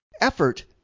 effort